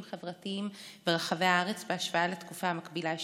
חברתיים ברחבי הארץ בהשוואה לתקופה המקבילה אשתקד.